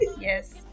Yes